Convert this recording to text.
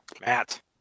Matt